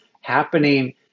happening